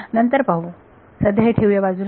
नंतर पाहू सध्या हे ठेवूया बाजूला